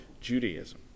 Judaism